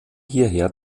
hierher